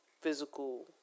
physical